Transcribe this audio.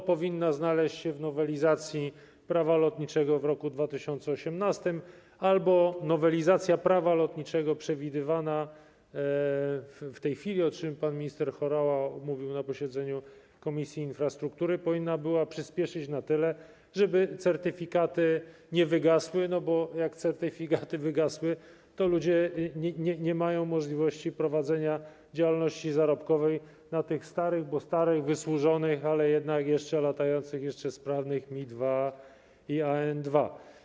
Albo powinna znaleźć się w nowelizacji Prawa lotniczego w roku 2018, albo nowelizacja Prawa lotniczego przewidywana w tej chwili, o czym pan minister Horała mówił na posiedzeniu Komisji Infrastruktury, powinna była przyspieszyć na tyle, żeby certyfikaty nie wygasły, bo jak certyfikaty wygasły, to ludzie nie mieli możliwości prowadzenia działalności zarobkowej na tych starych, bo starych, wysłużonych, ale jednak jeszcze latających, jeszcze sprawnych Mi-2 i An-2.